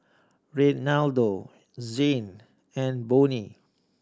Renaldo Zhane and Bonny